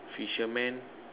fisherman